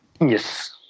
Yes